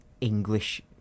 English